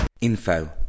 Info